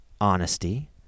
honesty